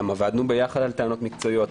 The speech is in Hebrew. גם עבדנו ביחד על הטענות המקצועיות.